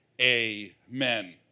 Amen